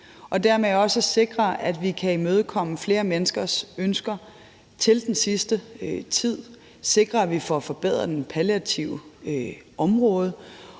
og dermed også at sikre, at vi kan imødekomme flere menneskers ønsker til den sidste tid; sikre, at vi får forbedret det palliative område;